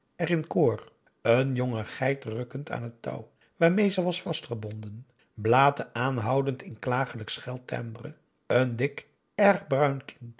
in koor een jonge geit rukkend aan het touw waarmee ze was vastgebonden blaatte aanhoudend in klagelijk schel timbre een dik